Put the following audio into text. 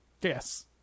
Yes